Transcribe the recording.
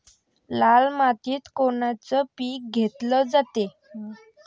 लाल मातीत कोनचं पीक घेतलं जाते?